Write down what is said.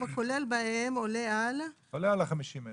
הכולל בהם עולה על --- עולה על ה-50,000.